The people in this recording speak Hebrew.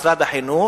משרד החינוך,